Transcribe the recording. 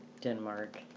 Denmark